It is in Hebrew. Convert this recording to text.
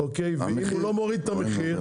אם הוא לא מוריד את המחיר,